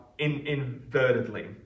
invertedly